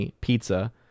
pizza